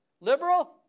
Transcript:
Liberal